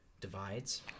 Divides